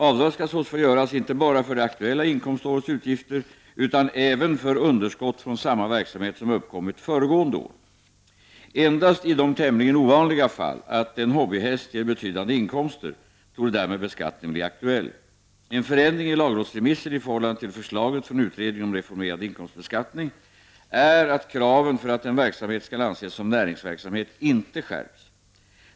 Avdrag skall således få göras inte bara för det aktuella inkomstårets utgifter, utan även för underskott från samma verksamhet som uppkommit föregående år. Endast i de tämligen ovanliga fall att en hobbyhäst ger betydande inkomster torde därmed beskattning bli aktuell. En förändring i lagrådsremissen i förhållande till förslaget från utredningen om reformerad inkomstbeskattning, RINK, är att kraven för att en verksamhet skall anses som näringsverksamhet inte skärpts.